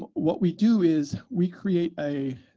but what we do is we create a